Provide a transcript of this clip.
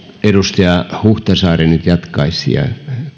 edustaja huhtasaari nyt jatkaisi ja